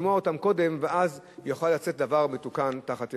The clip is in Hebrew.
לשמוע אותם קודם ואז יוכל לצאת דבר מתוקן מתחת ידכם.